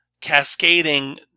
cascading